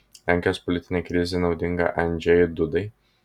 lenkijos politinė krizė naudinga andžejui dudai